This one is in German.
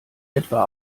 etwa